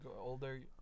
older